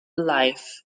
life